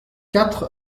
quatre